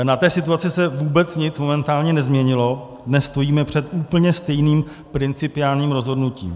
Na té situaci se vůbec nic momentálně nezměnilo, dnes stojíme před úplně stejným principiálním rozhodnutím.